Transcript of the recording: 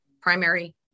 primary